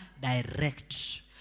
direct